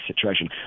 situation